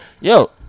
Yo